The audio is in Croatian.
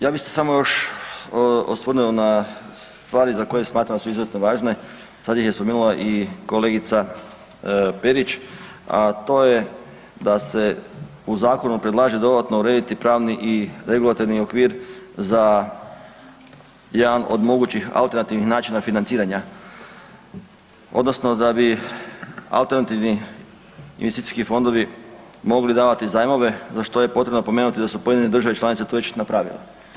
Ja bi se samo još osvrnuo na stvari za koje smatram da su izuzetno važne, sad ih je spomenula i kolegica Perić, a to je da se u zakonu predlaže dodatno urediti pravni i regulativni okvir za jedan od mogućih alternativnih načina financiranja odnosno da bi alternativni investicijski fondovi mogli davati zajmove za što je potrebno napomenuti da su pojedine države članice to već napravile.